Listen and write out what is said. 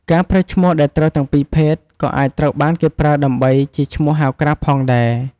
ការប្រើឈ្មោះដែលត្រូវទាំងពីរភេទ ក៏អាចត្រូវបានគេប្រើដើម្បីជាឈ្មោះហៅក្រៅផងដែរ។